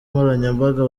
nkoranyambaga